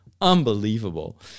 Unbelievable